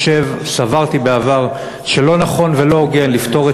סברתי בעבר שלא נכון ולא הוגן לפתור את